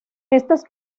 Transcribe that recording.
estas